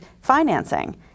financing